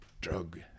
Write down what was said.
drug